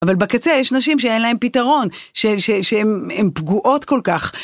אבל בקצה יש נשים שאין להן פתרון שהן פגועות כל כך.